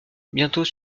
bientôt